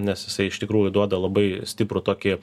nes jisai iš tikrųjų duoda labai stiprų tokį